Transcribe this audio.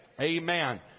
Amen